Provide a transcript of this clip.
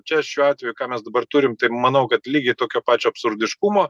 čia šiuo atveju ką mes dabar turim tai manau kad lygiai tokio pačio absurdiškumo